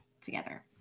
together